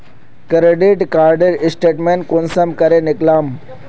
Credit कार्डेर statement कुंसम करे निकलाम?